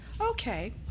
Okay